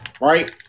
right